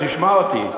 תשמע אותי.